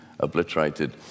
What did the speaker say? Obliterated